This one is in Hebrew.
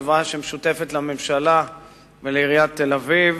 חברה שמשותפת לממשלה ולעיריית תל-אביב,